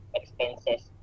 expenses